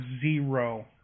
Zero